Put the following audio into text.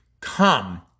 Come